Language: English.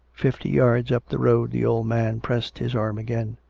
fifty yards up the road the old man pressed his arm again.